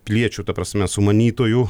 piliečių ta prasme sumanytojų